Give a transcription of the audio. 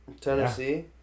Tennessee